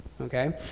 okay